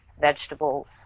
vegetables